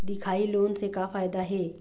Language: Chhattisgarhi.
दिखाही लोन से का फायदा हे?